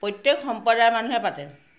প্ৰত্যেক সম্প্ৰদায় মানুহে পাতে